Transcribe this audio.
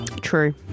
True